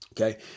Okay